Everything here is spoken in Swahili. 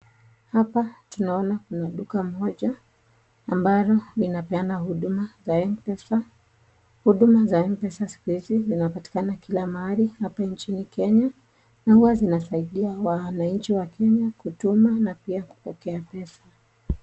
Hapa tunaona Kuna duka moja ambalo linapeana huduma za Mpesa. Huduma za Mpesa siku hizi zinapatikana kila mahali hapa nchini Kenya na huwa zinasaidia mwananchi wa Kenya kutuma na pia kupokea pesa.